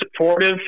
supportive